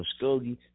Muskogee